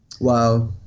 Wow